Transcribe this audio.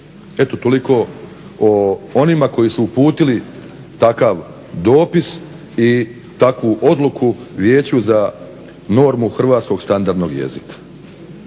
Eto toliko o onima koji su uputili takav dopis i takvu odluku Vijeću za normu hrvatskog standardnog jezika.